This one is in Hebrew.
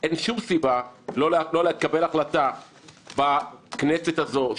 אין שום סיבה לא לקבל החלטה בכנסת הזו,